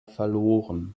verloren